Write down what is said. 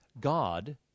God